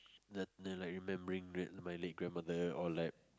then then like remembering late my late grandmother or like